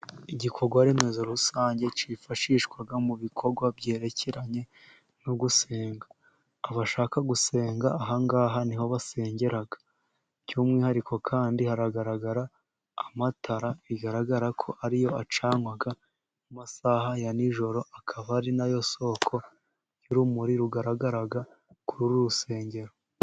Igikorwa remezo rusange cyifashishwa mu bikorwa byerekeranye no gusenga, abashaka gusenga ahangaha niho basengera by'umwihariko kandi hagaragara amatara bigaragara ko ariyo acanwa mu masaha ya n'ijoro akaba ari nayo soko y'urumuri rugaragara kuri uru rusengero.